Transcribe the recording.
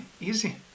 easy